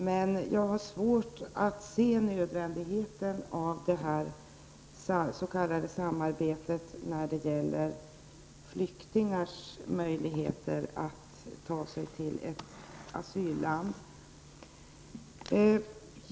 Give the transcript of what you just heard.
Men jag har svårt att se nödvändigheten av det s.k. samarbetet beträffande flyktingars möjligheter att ta sig till ett asylland.